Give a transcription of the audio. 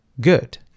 good